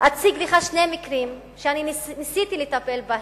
אציג לך שני מקרים שניסיתי לטפל בהם,